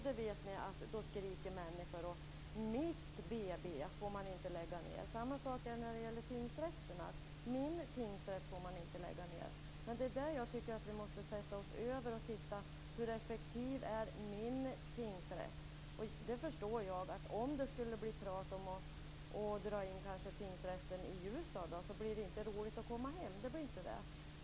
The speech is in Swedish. Då skriker människor och säger att man inte får lägga ned deras BB. Samma sak gäller för tingsrätterna. Man säger att ens egen tingsrätt inte får läggas ned. Detta måste vi sätta oss över och se hur effektiv Om det skulle bli tal att dra in tingsrätten i Ljusdal förstår jag att det inte blir roligt att komma hem.